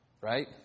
right